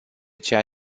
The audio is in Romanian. ceea